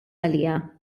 għaliha